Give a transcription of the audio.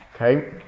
Okay